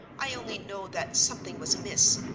i only know that something was amiss,